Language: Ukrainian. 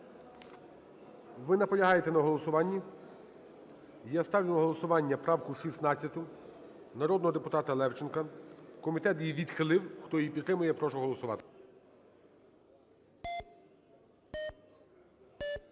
Ви наполягаєте на голосуванні? Я ставлю на голосування правку 16 народного депутата Левченко. Комітет її відхилив. Хто її підтримує прошу голосувати.